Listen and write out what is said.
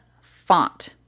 font